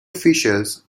finishes